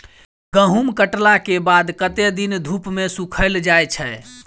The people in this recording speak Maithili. गहूम कटला केँ बाद कत्ते दिन धूप मे सूखैल जाय छै?